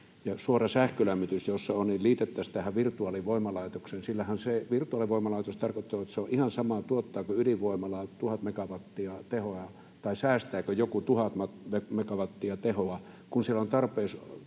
suora sähkölämmitys, jos se on, liitettäisiin virtuaalivoimalaitokseen, sillä virtuaalivoimalaitos tarkoittaa, että se on ihan sama, tuottaako ydinvoimala 1 000 megawattia tehoa tai säästääkö joku 1 000 megawattia tehoa, kun siellä on tarpeeksi